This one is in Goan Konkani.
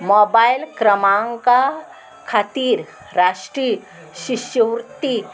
मोबायल क्रमांका खातीर राष्ट्रीय शिश्यवृत्ती